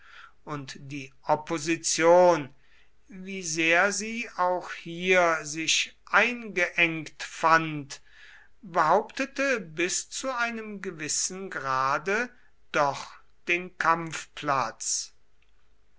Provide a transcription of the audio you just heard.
und die opposition wie sehr sie auch hier sich eingeengt fand behauptete bis zu einem gewissen grade doch den